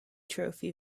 trophy